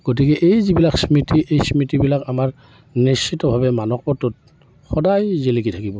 গতিকে এই যিবিলাক স্মৃতি এই স্মৃতিবিলাক আমাৰ নিশ্চিতভাৱে মানসপটত সদায় জিলিকি থাকিব